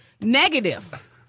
negative